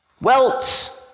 Welts